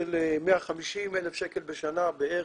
דבר